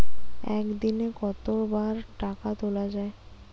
একদিনে কতবার টাকা তোলা য়ায়?